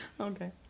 Okay